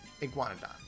iguanodon